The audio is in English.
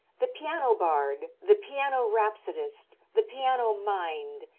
the piano bard, the piano rhapsodist, the piano mind,